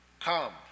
Come